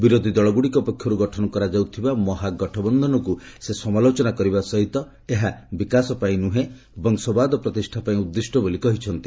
ବିରୋଧ୍ ଦଳଗୁଡ଼ିକ ପକ୍ଷରୁ ଗଠନ କରାଯାଉଥିବା ମହାଗଠବନ୍ଧନକୁ ସେ ସମାଲୋଚନା କରିବା ସହିତ ଏହା ବିକାଶ ପାଇଁ ନ୍ରହେଁ ବଂଶବାଦ ପ୍ରତିଷ୍ଠା ପାଇଁ ଉଦ୍ଦିଷ୍ଟ ବୋଲି ସେ କହିଛନ୍ତି